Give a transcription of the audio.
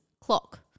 clock